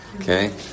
Okay